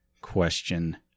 Question